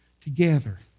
together